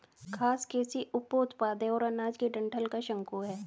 घास कृषि उपोत्पाद है और अनाज के डंठल का शंकु है